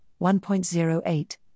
1.08